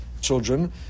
children